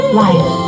life